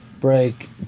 break